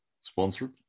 sponsored